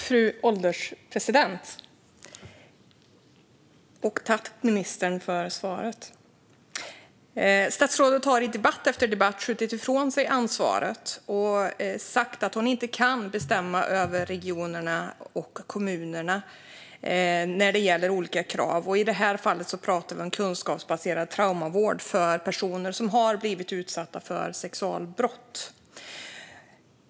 Fru ålderspresident! Jag tackar ministern för svaret. Statsrådet har i debatt efter debatt skjutit ifrån sig ansvaret och sagt att hon inte kan bestämma över regionerna och kommunerna när det gäller olika krav. I det här fallet pratar vi om kunskapsbaserad traumavård för personer som har blivit utsatta för sexualbrott.